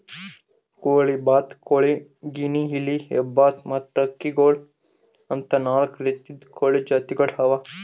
ಕೋಳಿ, ಬಾತುಕೋಳಿ, ಗಿನಿಯಿಲಿ, ಹೆಬ್ಬಾತು ಮತ್ತ್ ಟರ್ಕಿ ಗೋಳು ಅಂತಾ ನಾಲ್ಕು ರೀತಿದು ಕೋಳಿ ಜಾತಿಗೊಳ್ ಅವಾ